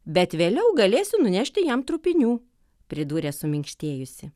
bet vėliau galėsiu nunešti jam trupinių pridūrė suminkštėjusi